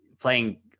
playing